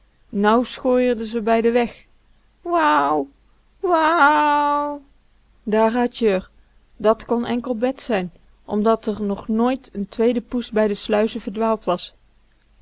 nû schooierde ze bij den weg wauw wauauauw daar had je r dat kon enkel bet zijn omdat r nog nooit n tweede poes bij de sluizen verdwaald was